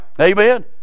Amen